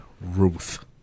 Ruth